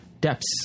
depths